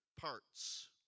parts